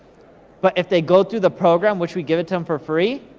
but if they go through the program, which we give it to em for free,